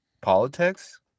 politics